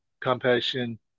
compassion